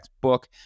BOOK